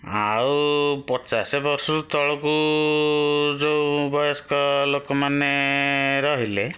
ଆଉ ପଚାଶ ବର୍ଷରୁ ତଳୁକୁ ଯେଉଁ ବୟସ୍କ ଲୋକମାନେ ରହିଲେ